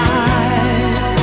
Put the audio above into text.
eyes